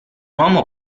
uomo